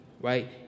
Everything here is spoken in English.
right